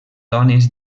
dones